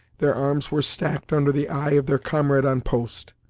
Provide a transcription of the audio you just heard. their arms were stacked under the eye of their comrade on post.